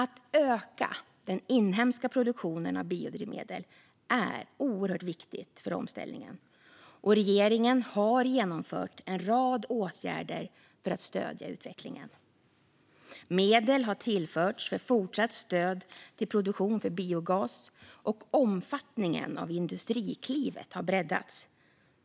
Att öka den inhemska produktionen av biodrivmedel är oerhört viktigt för omställningen, och regeringen har genomfört en rad åtgärder för att stödja utvecklingen. Medel har tillförts för fortsatt stöd till produktion av biogas. Och omfattningen av Industriklivet har breddats,